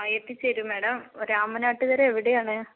എത്തിച്ചുതരും madam രാമനാട്ടുകരയെവിടെയാണ്